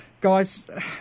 guys